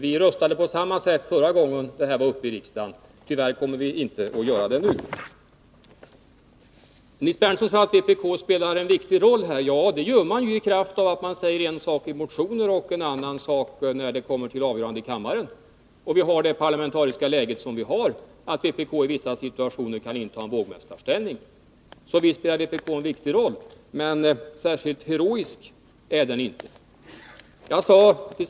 Vi röstade på samma sätt förra gången detta var uppe i riksdagen. Tyvärr kommer vi inte att göra det nu. Nils Berndtson sade att vpk spelar en viktig roll. Ja, det gör man i kraft av att man säger en sak i motioner och en annan sak när det kommer till avgörande i kammaren. I det parlamentariska läge som vi har, kan vpk i vissa situationer inta en vågmästarställning. Så visst spelar vpk en viktig roll, men särskilt heroisk är den inte. Till sist, herr talman!